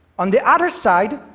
on the other side,